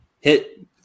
hit –